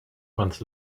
months